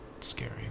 scary